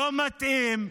לא מתאים,